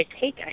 take